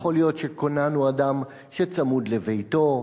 יכול להיות שכונן הוא אדם שצמוד לביתו.